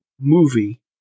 movie